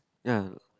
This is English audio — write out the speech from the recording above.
ya